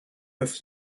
peuvent